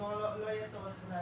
כלומר, לא יהיה צורך.